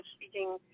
speaking